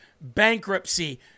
bankruptcy